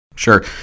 Sure